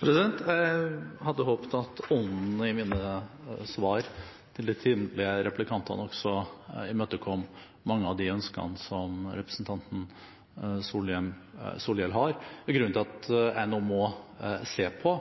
Jeg hadde håpet at ånden i mine svar til de tidligere replikantene også imøtekom mange av de ønskene som representanten Solhjell har. Grunnen til at jeg nå må se på